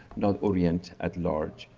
not orient at large,